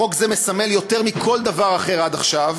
חוק זה מסמל יותר מכל דבר אחר עד עכשיו